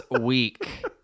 week